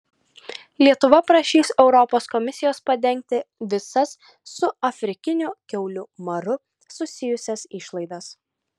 lietuva prašys europos komisijos padengti visas su afrikiniu kiaulių maru susijusias išlaidas